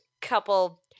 couple